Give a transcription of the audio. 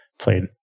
played